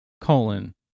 colon